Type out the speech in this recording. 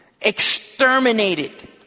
Exterminated